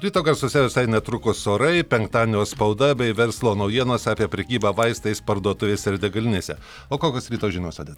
ryto garsuose visai netrukus orai penktadienio spauda bei verslo naujienos apie prekybą vaistais parduotuvėse ir degalinėse o kokios ryto žinios ode